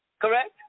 Correct